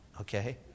okay